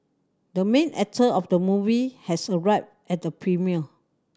the main actor of the movie has arrived at the premiere